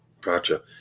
Gotcha